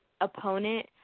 opponent